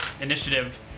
initiative